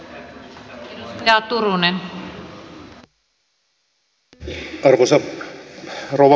arvoisa rouva puhemies